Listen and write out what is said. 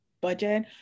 budget